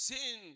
Sin